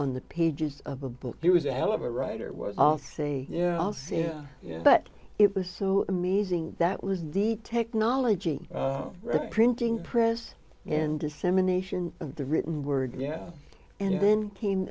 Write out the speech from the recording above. on the pages of a book he was a hell of a writer was i'll say yeah off yeah but it was so amazing that was the technology printing press and dissemination of the written word yeah and then came